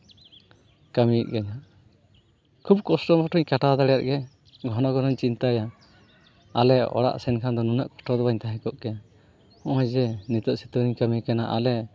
ᱠᱟᱹᱢᱤᱭᱮᱫ ᱜᱤᱭᱟᱹᱧ ᱦᱟᱸᱜ ᱠᱷᱩᱵ ᱠᱚᱥᱴᱚ ᱢᱚᱥᱴᱚᱹᱧ ᱠᱟᱴᱟᱣ ᱫᱟᱲᱮᱭᱟᱜ ᱜᱮᱭᱟ ᱜᱷᱚᱱᱚ ᱜᱷᱚᱱᱚᱧ ᱪᱤᱱᱛᱟᱹᱭᱟ ᱟᱞᱮ ᱚᱲᱟᱜ ᱥᱮᱱ ᱠᱷᱟᱱ ᱫᱚ ᱱᱩᱱᱟᱹᱜ ᱠᱚᱥᱴᱚ ᱫᱚ ᱵᱟᱹᱧ ᱛᱟᱦᱮᱸ ᱠᱚᱜ ᱠᱮᱭᱟ ᱦᱚᱜᱼᱚᱭ ᱡᱮ ᱱᱤᱛᱳᱜ ᱥᱤᱛᱩᱝ ᱨᱮᱧ ᱠᱟᱹᱢᱤ ᱠᱟᱱᱟ ᱟᱞᱮ